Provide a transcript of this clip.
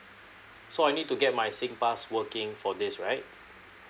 so I need to get my singpass working for this right